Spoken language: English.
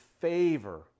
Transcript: favor